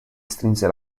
strinse